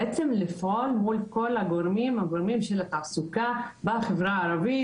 זה בעצם לפעול מול כל הגורמים של התעסוקה בחברה הערבית,